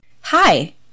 Hi